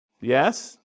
Yes